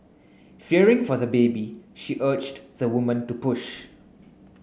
fearing for the baby she urged the woman to push